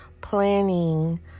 planning